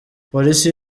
polisi